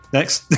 Next